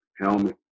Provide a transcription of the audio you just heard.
helmet